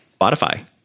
Spotify